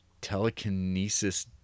telekinesis